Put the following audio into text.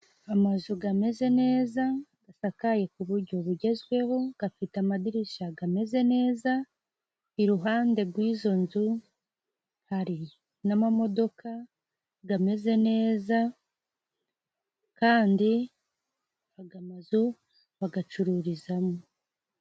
Amazu gameze neza gasakaye ku bujyo bugezweho, gafite amadirisha gameze neza, iruhande gw'izo nzu hari n'amamodoka gameze neza kandi aga mazu bagacururizamo.